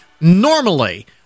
Normally